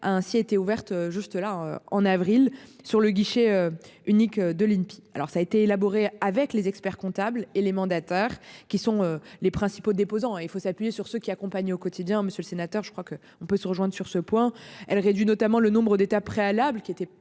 a ainsi été ouverte juste là en avril sur le guichet unique de l'INPI. Alors ça a été élaboré avec les experts comptable et les mandataires qui sont les principaux déposants et il faut s'appuyer sur ce qui accompagnent au quotidien. Monsieur le sénateur, je crois que on peut se rejoindre sur ce point elle réduit dû notamment le nombre d'États préalables qui étaient